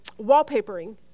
wallpapering